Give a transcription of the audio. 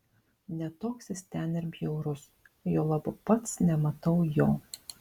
ne toks jis ten ir bjaurus juolab pats nematau jo